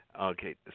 Okay